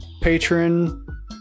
patron